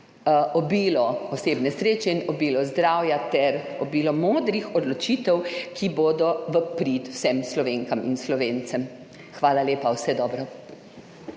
obilo osebne sreče in obilo zdravja ter obilo modrih odločitev, ki bodo v prid vsem Slovenkam in Slovencem. Hvala lepa. Vse dobro.